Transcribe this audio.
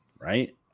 right